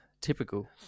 typical